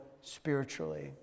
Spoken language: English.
spiritually